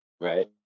right